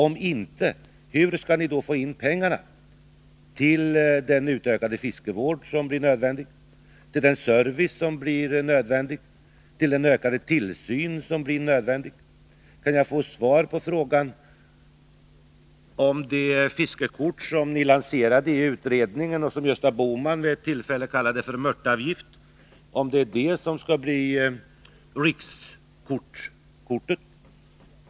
Om inte, hur skall ni då få in pengar till den utökade fiskevård, den service och den ökade tillsyn som blir nödvändiga? Jag skulle också vilja ha ett svar på följande frågor: Är det det fiskekort som ni lanserade i utredningen och som Gösta Bohman vid något tillfälle kallade för mörtavgift som skall utgöra rikskortet?